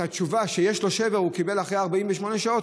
את התשובה שיש לו שבר הוא קיבל אחרי 48 שעות,